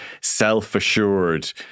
self-assured